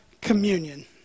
communion